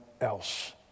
else